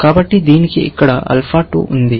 కాబట్టి దీనికి ఇక్కడ ఆల్ఫా 2 ఉంది